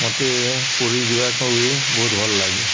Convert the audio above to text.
ମୋତେ ପୁରୀ ଯିବାକୁ ବି ବହୁତ ଭଲ ଲାଗେ